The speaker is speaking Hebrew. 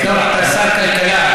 אתה שר כלכלה,